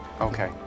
Okay